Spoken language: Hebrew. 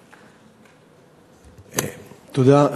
תודה.